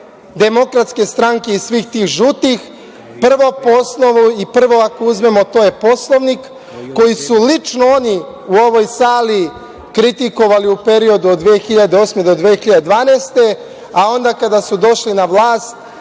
Demokratske stranke i svih tih „žutih“, prvo po osnovu i prvo ako uzmemo to je Poslovnik, koji su lično oni u ovoj sali kritikovali u periodu od 2008. godine do 2012. godine, a onda kada su došli na vlast,